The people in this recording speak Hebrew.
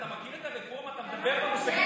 אתה מכיר את הרפורמה, שאתה מדבר על עבדות?